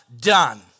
done